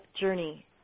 journey